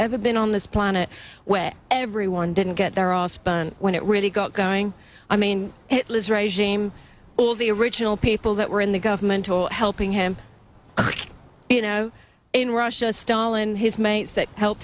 ever been on this planet where everyone didn't get their all when it really got going i mean it was regime all the original people that were in the government helping him you know in russia stalin his mates that helped